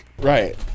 Right